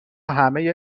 همهی